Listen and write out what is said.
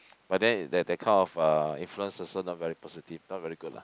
but then that that kind of influence also not very positive not very good lah